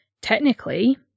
Technically